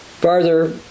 farther